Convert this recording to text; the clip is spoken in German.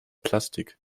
plastik